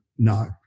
No